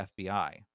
FBI